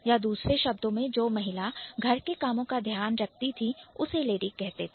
या दूसरे शब्दों में जो महिला घर के कामों का ध्यान रखती थी उसे लेडी कहते थे